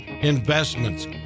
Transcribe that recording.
investments